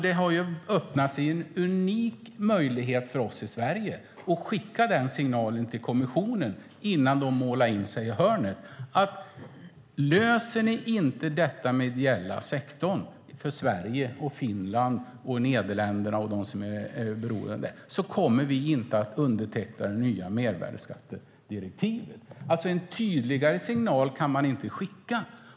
Det har öppnat sig en unik möjlighet för oss i Sverige att skicka den signalen till kommissionen innan de målar in sig i ett hörn: Löser ni inte detta med den ideella sektorn för Sverige, Finland, Nederländerna och andra länder som är beroende av detta kommer vi inte att underteckna det nya mervärdeskattedirektivet. En tydligare signal kan man inte skicka.